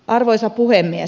arvoisa puhemies